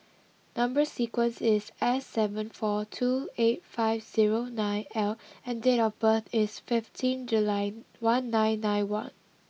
number sequence is S seven four two eight five zero nine L and date of birth is fifteen July one nine nine one